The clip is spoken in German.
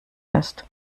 ist